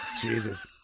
Jesus